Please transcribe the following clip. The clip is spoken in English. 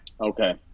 Okay